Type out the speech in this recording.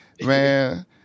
man